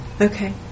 Okay